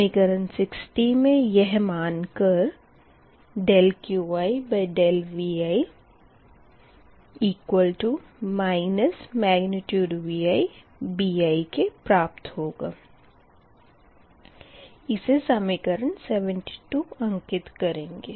समीकरण 60 मे यह मान कर QiVi ViBik प्राप्त होगा इसे समीकरण 72 अंकित करेंगे